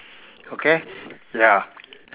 okay ya